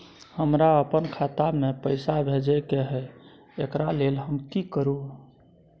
हमरा अपन खाता में पैसा भेजय के है, एकरा लेल हम की करू?